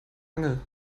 angel